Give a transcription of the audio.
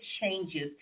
changes